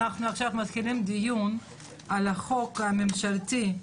אנחנו מתחילים עכשיו דיון על הצעת החוק הממשלתית: